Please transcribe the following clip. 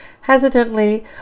hesitantly